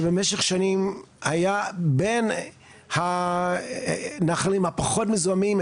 שבמשך שנים היה בין הנחלים הפחות מזוהמים.